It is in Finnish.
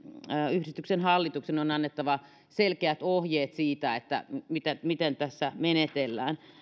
yhdistyksen hallituksen on annettava selkeät ohjeet siitä miten tässä menetellään